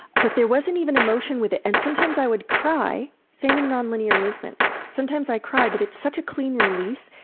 but there wasn't even emotion with it. and sometimes i would cry same in non-linear movement sometimes i would cry, but it's such a clean release,